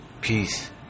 peace